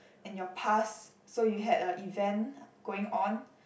and your past so you had a event going on